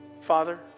Father